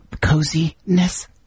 coziness